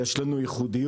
יש לנו ייחודיות.